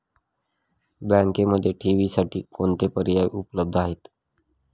बँकेमध्ये ठेवींसाठी कोणते पर्याय उपलब्ध आहेत?